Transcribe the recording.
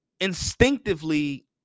Instinctively